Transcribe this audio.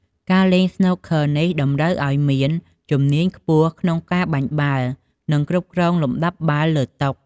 ការលេងស្នូកឃ័រនេះតម្រូវឲ្យមានជំនាញខ្ពស់ក្នុងការបាញ់បាល់ និងគ្រប់គ្រងលំដាប់បាល់លើតុ។